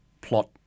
plot